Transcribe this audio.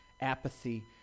apathy